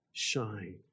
Shine